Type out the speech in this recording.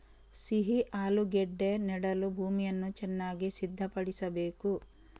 ಸಿಹಿ ಆಲೂಗೆಡ್ಡೆ ನೆಡಲು ಭೂಮಿಯನ್ನು ಚೆನ್ನಾಗಿ ಸಿದ್ಧಪಡಿಸಬೇಕು